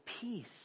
peace